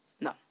No